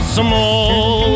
small